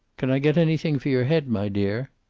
can i get anything for your head, my dear?